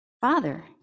Father